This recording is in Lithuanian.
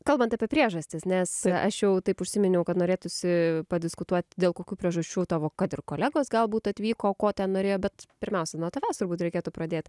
kalbant apie priežastis nes aš jau taip užsiminiau kad norėtųsi padiskutuoti dėl kokių priežasčių tavo kad ir kolegos galbūt atvyko ko ten norėjo bet pirmiausia nuo tavęs turbūt reikėtų pradėti